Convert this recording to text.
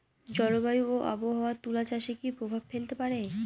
জলবায়ু ও আবহাওয়া তুলা চাষে কি প্রভাব ফেলতে পারে?